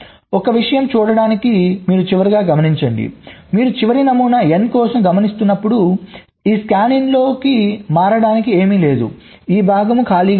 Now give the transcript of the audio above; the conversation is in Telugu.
ఒక విషయం చూడటానికి మీరు చివరిగా గమనించండి మీరు చివరి నమూనా N కోసం గమనిస్తున్నప్పుడు ఈ స్కానిన్ లోకి మారడానికి ఏమీ లేదు ఈ భాగం ఖాళీగా ఉంటుంది